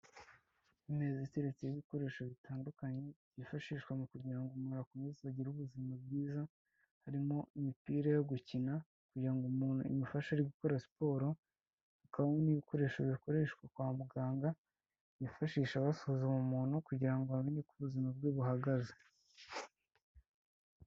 Imeza iteretseho ibikoresho bitandukanye byifashishwa mu kugira ngo umuntu akomeze agire ubuzima bwiza, harimo imipira yo gukina kugira ngo umuntu imufashe ari gukora siporo, hakaba hari n'ibikoresho bikoreshwa kwa muganga, byifashisha basuzuma umuntu kugira ngo bamenye uko ubuzima bwe buhagaze.